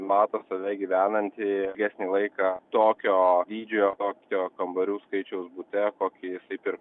mato save gyvenantį ilgesnį laiką tokio dydžio tokio kambarių skaičiaus bute kokį jisai pir